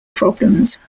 problems